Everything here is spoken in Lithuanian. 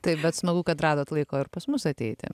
taip bet smagu kad radot laiko ir pas mus ateiti